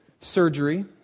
surgery